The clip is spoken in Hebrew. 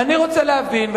אני רוצה להבין,